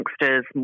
youngsters